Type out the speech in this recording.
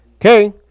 Okay